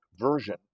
version